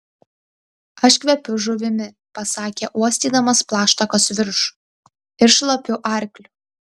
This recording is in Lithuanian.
aš kvepiu žuvimi pasakė uostydamas plaštakos viršų ir šlapiu arkliu